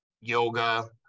yoga